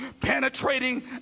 penetrating